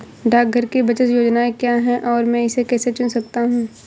डाकघर की बचत योजनाएँ क्या हैं और मैं इसे कैसे चुन सकता हूँ?